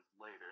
later